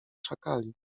szakali